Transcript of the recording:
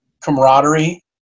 camaraderie